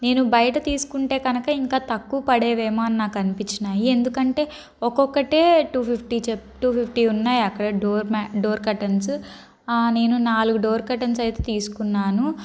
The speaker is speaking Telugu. నేను బయట తీసుకుంటే కనుక ఇంకా తక్కువ పడేవేమో అని నాకు కనిపించాయి ఎందుకంటే ఒక్కొక్కటి టూ ఫిఫ్టీ చె టూ ఫిఫ్టీ ఉన్నాయి అక్కడ డోర్ మ్యా డోర్ కర్టెన్స్ నేను నాలుగు డోర్ కర్టెన్స్ అయితే తీసుకున్నాను